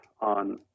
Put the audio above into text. on